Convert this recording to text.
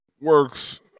works